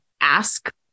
ask